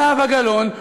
זהבה גלאון,